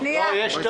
יש פה